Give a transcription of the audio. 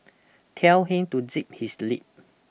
tell him to zip his lip